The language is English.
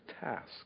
task